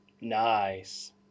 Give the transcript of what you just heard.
nice